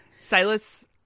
Silas